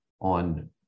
on